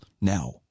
now